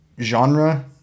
genre